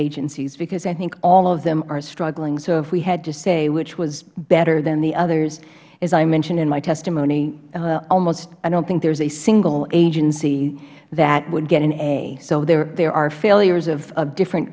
agencies because i think all of them are struggling so if we had to say which was better than the others as i mentioned in my testimony i dont think there is a single agency that would get an a so there are failures of different